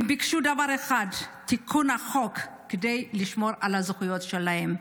הם ביקשו דבר אחד: תיקון החוק כדי לשמור על הזכויות שלהם.